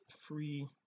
free